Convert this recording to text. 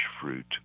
fruit